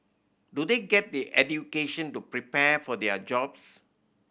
do they get the education to prepare for their jobs